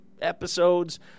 episodes